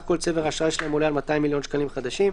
כל צבר האשראי שלהם עולה על 200 מיליון שקלים חדשים.